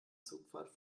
zugfahrt